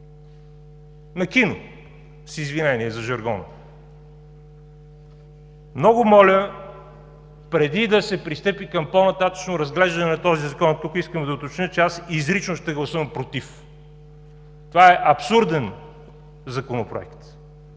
На кино, с извинение за жаргона. Много моля, преди да се пристъпи към по-нататъшно разглеждане на този Закон тук, искам да уточня, че аз изрично ще гласувам „против“. Това е абсурден Законопроект,